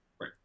right